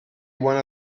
one